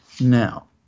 Now